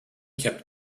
kept